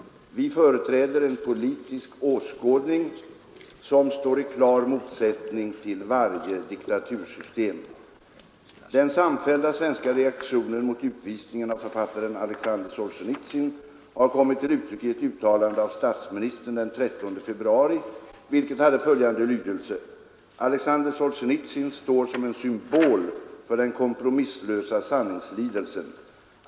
Vi företräder en politisk åskådning som står i klar motsättning till varje diktatursystem. Den samfällda svenska reaktionen mot utvisningen av författaren Alexander Solzjenitsyn har kommit till uttryck i ett uttalande av statsministern den 13 februari, vilket hade följande lydelse: ”Alexander Solzjenitsyn står som en symbol för den kompromisslösa sanningslidelsen.